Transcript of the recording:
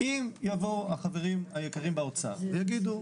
אם יבואו החברים היקרים באוצר ויגידו,